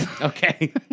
Okay